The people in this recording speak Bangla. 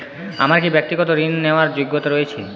আমার কী ব্যাক্তিগত ঋণ নেওয়ার যোগ্যতা রয়েছে?